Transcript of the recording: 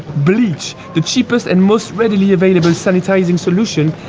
bleach the cheapest and most readily available sanitizing solution